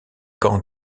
camps